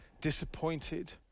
Disappointed